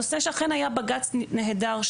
הנושא שאכן היה בג"צ נהדר,